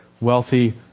wealthy